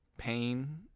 pain